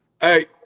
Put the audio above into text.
Hey